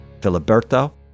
Filiberto